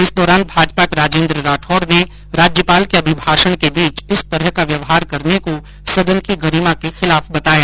इस दौरान प्रतिपक्ष के उपनेता राजेन्द्र राठौड ने राज्यपाल के अभिभाषण के बीच इस तरह का व्यवहार करने को सदन की गरिमा के खिलाफ बताया